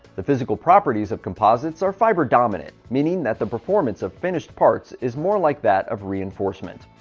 the physical properties of composites are fiber dominant, meaning that the performance of finished parts is more like that of reinforcement.